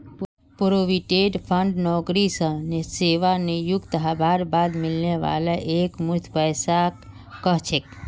provident fund नौकरी स सेवानृवित हबार बाद मिलने वाला एकमुश्त पैसाक कह छेक